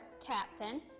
Captain